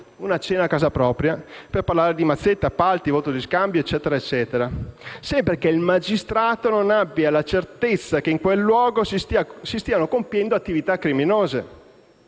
una cena a casa propria, per parlare di mazzette, appalti, voto di scambio, eccetera, sempre che il magistrato non abbia la certezza che in quel luogo si stiano compiendo attività criminose.